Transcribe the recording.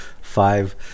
five